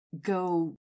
go